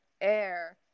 air